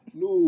no